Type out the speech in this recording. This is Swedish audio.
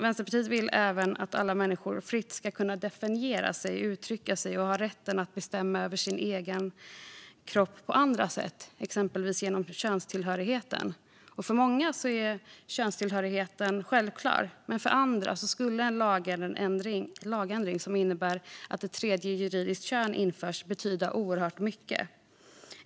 Vänsterpartiet vill även att alla människor fritt ska kunna definiera sig och uttrycka sig och att de ska ha rätten att bestämma över sin egen kropp på andra sätt, exempelvis genom könstillhörigheten. För många är könstillhörigheten självklar, men för andra skulle en lagändring som innebär att ett tredje juridiskt kön införs betyda oerhört mycket.